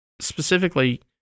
specifically